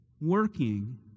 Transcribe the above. working